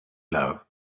love